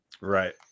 Right